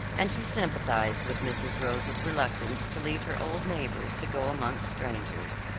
and she sympathized with mrs. rosa's reluctance to leave her old neighbors to go among strangers.